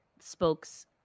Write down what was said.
spokes